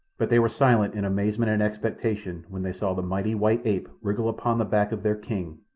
but they were silent in amazement and expectation when they saw the mighty white ape wriggle upon the back of their king,